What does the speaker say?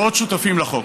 ולעוד שותפים לחוק.